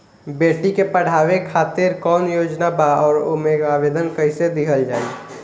बेटी के पढ़ावें खातिर कौन योजना बा और ओ मे आवेदन कैसे दिहल जायी?